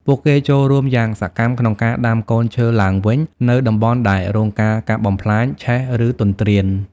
ពួកគេចូលរួមយ៉ាងសកម្មក្នុងការ ដាំកូនឈើឡើងវិញ នៅតំបន់ដែលរងការកាប់បំផ្លាញ ឆេះ ឬទន្ទ្រាន។